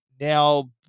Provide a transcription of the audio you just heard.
now